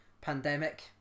pandemic